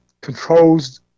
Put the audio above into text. controls